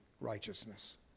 righteousness